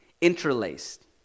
Interlaced